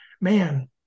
man